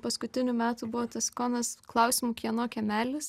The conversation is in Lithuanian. paskutinių metų buvo tas sikonas klausimu kieno kiemelis